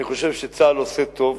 אני חושב שצה"ל עושה טוב,